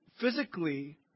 physically